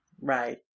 Right